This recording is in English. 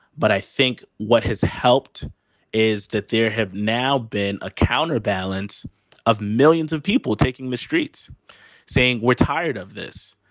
but i think what has helped is that there have now been a counter balance of millions of people taking the streets saying we're tired of this.